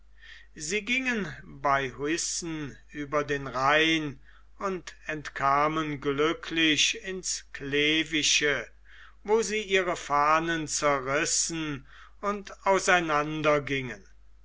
sie gingen bei heusen über den rhein und entkamen glücklich ins clevische wo sie ihre fahnen zerrissen und auseinander gingen